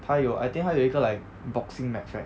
他有 I think 他有一个 like boxing match right